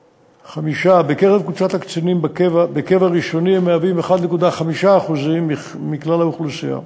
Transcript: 5. בקרב קבוצת הקצינים בקבע ראשוני הם מהווים 1.5% מכלל האוכלוסייה,